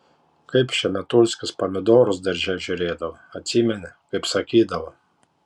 kaip šemetulskis pomidorus darže žiūrėdavo atsimeni kaip sakydavo